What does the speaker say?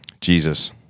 Jesus